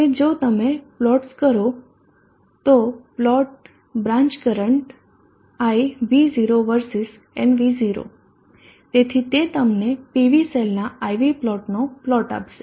હવે જો તમે પ્લોટ કરો છો તો plot branch current I V0 versus nv0 તેથી તે તમને PV સેલના IV પ્લોટનો પ્લોટ આપશે